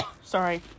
Sorry